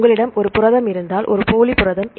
உங்களிடம் ஒரு புரதம் இருந்தால் ஒரு போலி புரதம்